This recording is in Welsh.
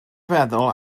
feddwl